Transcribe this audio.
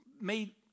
made